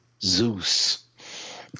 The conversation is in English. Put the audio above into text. Zeus